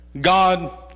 God